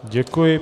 Děkuji.